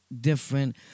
different